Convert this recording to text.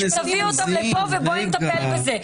תביאי אותן לפה ובואי נטפל בזה,